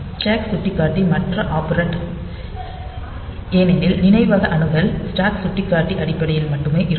stack சுட்டிக்காட்டி மற்ற operand ஏனெனில் நினைவக அணுகல் ஸ்டாக் சுட்டிக்காட்டி அடிப்படையில் மட்டுமே இருக்கும்